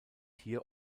hier